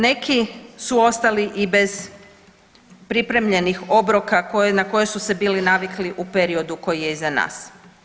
Neki su ostali i bez pripremljenih obroka na koje su se bili navikli u periodu koji je iza nas.